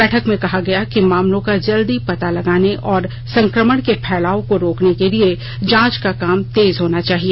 बैठक में कहा गया कि मामलों का जल्दी पता लगाने और संक्रमण के फैलाव को रोकने के लिए जांच का काम तेज होना चाहिए